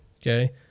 Okay